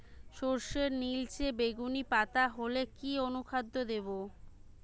সরর্ষের নিলচে বেগুনি পাতা হলে কি অনুখাদ্য দেবো?